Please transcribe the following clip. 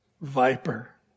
viper